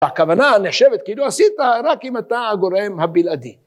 הכוונה הנחשבת כאילו עשית רק אם אתה הגורם הבלעדי.